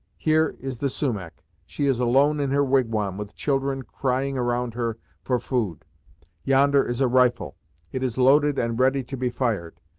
here, is the sumach she is alone in her wigwam, with children crying around her for food yonder is a rifle it is loaded and ready to be fired.